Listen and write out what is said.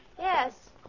Yes